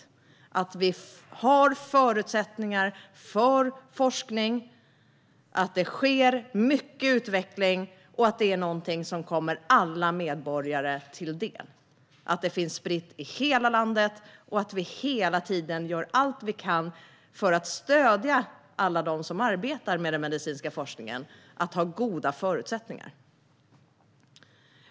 Det är viktigt att vi har förutsättningar för forskning, att det sker mycket utveckling och att det är någonting som kommer alla medborgare till del. Det är viktigt att detta finns spritt i hela landet och att vi hela tiden gör allt vi kan för att stödja alla dem som arbetar med den medicinska forskningen och ger dem goda förutsättningar.